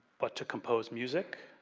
but to compose music,